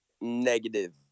negative